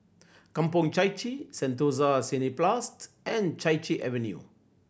Kampong Chai Chee Sentosa Cineblast and Chai Chee Avenue